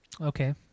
Okay